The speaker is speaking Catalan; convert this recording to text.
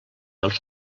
els